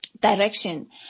direction